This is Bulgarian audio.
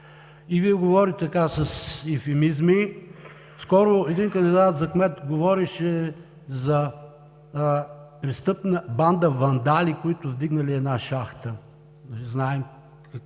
и Вие говорите така с евфемизми. Скоро един кандидат за кмет говореше за престъпна банда вандали, които вдигнали една шахта. Знаем какъв